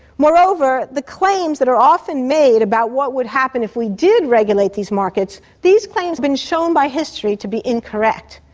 moreover, the claims that are often made about what would happen if we did regulate these markets, these claims have been shown by history to be incorrect,